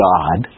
God